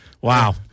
wow